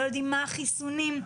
מה לגבי החיסונים,